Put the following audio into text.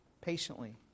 patiently